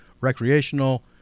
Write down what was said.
recreational